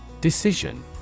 Decision